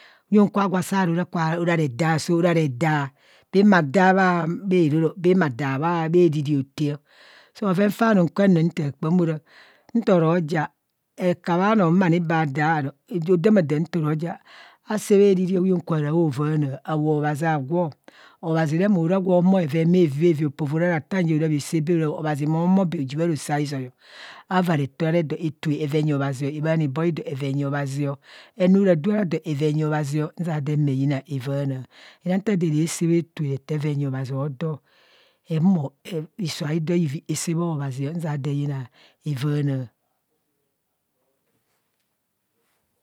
Huyeng kwa guro saa ro ara redaa, baam baam bha daa bha roro, baam bha daa bha riri otaa o. So bhoven faa anum kan naa daa kpam nto re ja kekabhe annoo baa daa oo oja odamadam nta ra saa bha riri nto ro vaana aboa obhazi agwo, obhazi re moo ra gwo humo bheven bhavi bhavi o uporo ra ratan je re bhasaa bha re ara bhon obhazi moo humo baa oji bharosoaizoi o. Avaa ra duu ara dọọ a tue enyi obhaziọ a bhaana ibo idoo ara enyi obhaziọ, e nuu ra duu ara doo ava enyi obhaziọ nzia adoo ma yina avaana eyina ntq re tue reto anyi obhazi odoo, ehumo iso aido hirii asaa bho obhazi nzin doo eyina avaana.